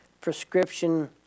prescription